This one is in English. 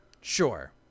Sure